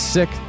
Sick